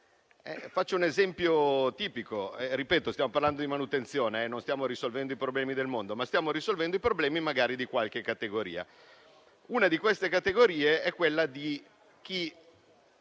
Faccio un esempio tipico. Ripeto: stiamo parlando di manutenzione e non stiamo risolvendo i problemi del mondo, ma i problemi di qualche categoria. Una di queste categorie è quella di chi,